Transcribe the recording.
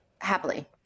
Happily